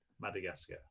Madagascar